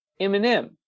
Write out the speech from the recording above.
Eminem